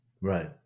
Right